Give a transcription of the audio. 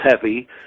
heavy